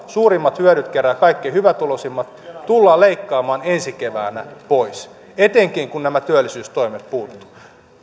suurimmat hyödyt keräävät kaikkein hyvätuloisimmat tullaan leikkaamaan ensi keväänä pois etenkin kun nämä työllisyystoimet puuttuvat